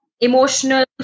emotional